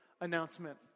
announcement